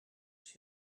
she